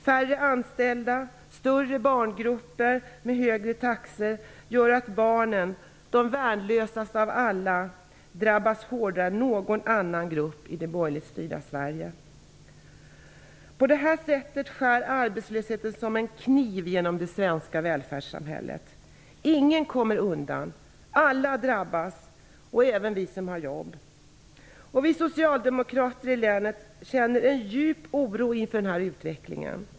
Färre anställda, större barngrupper och högre taxor gör att barnen -- de värnlösaste av alla -- drabbas hårdare än någon annan grupp i det borgerligt styrda Sverige. På det här sättet skär arbetslösheten som en kniv genom det svenska välfärdssamhället. Ingen kommer undan. Alla drabbas -- även vi som har jobb. Vi socialdemokrater i Stockholms län känner djup oro inför den här utvecklingen.